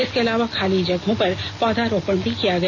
इसके अलावा खाली जगहों पर पौधारोपण भी किया गया